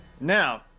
Now